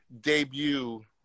debut